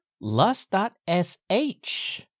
lust.sh